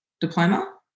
diploma